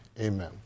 Amen